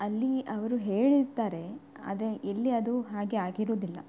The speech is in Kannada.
ಅಲ್ಲಿ ಅವರು ಹೇಳಿರ್ತಾರೆ ಆದರೆ ಎಲ್ಲಿ ಅದು ಹಾಗೆ ಆಗಿರುವುದಿಲ್ಲ